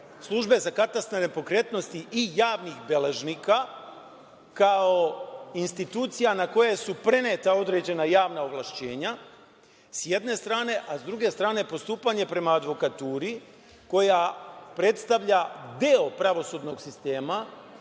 službe za katastar nepokretnosti i javnih beležnika kao institucija na koju su preneta određena javna ovlašćenja sa jedne strane, a sa druge strane postupanje prema advokaturi koja predstavlja deo pravosudnog sistema,